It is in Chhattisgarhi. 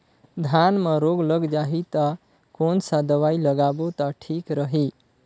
धान म रोग लग जाही ता कोन सा दवाई लगाबो ता ठीक रही?